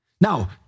Now